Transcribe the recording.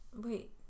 Wait